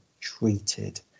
treated